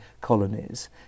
colonies